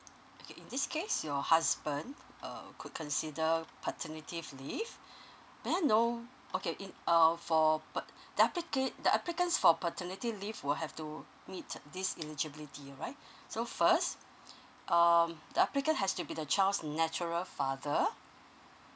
okay in this case your husband uh could consider paternity leave may I know okay in uh for pa~ the applica~ the applicants for paternity leave will have to meet this eligibility alright so first um the applicant has to be the child's natural father